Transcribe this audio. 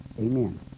Amen